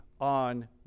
on